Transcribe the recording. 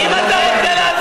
לא בעמידה.